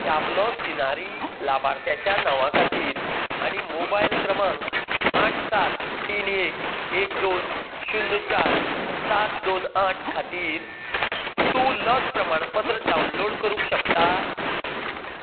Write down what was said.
शाबलो सिनारी लाभार्थ्याच्या नांवा खातीर आनी मोबायल क्रमांक आठ सात तीन एक एक दोन शुन्य चार सात दोन आठ खातीर तूं लस प्रमाणपत्र डावनलोड करूंक शकता